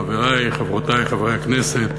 חברי וחברותי חברי הכנסת,